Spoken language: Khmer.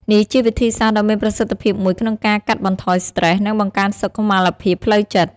នេះជាវិធីសាស្រ្តដ៏មានប្រសិទ្ធភាពមួយក្នុងការកាត់បន្ថយស្ត្រេស និងបង្កើនសុខុមាលភាពផ្លូវចិត្ត។